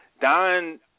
Don